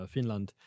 Finland